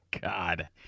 God